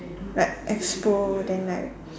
like expo then like